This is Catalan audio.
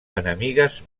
enemigues